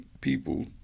people